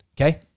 okay